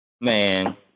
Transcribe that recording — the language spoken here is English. Man